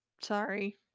sorry